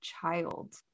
child